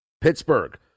Pittsburgh